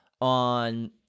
on